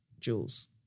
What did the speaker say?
Jules